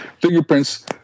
fingerprints